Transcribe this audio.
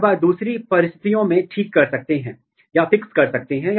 आप अपने प्रोटीन को हटा देंगे अब आपके पास केवल डीएनए फ्रेगमेंट है